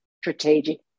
strategic